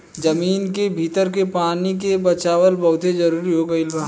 जमीन के भीतर के पानी के बचावल बहुते जरुरी हो गईल बा